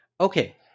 Okay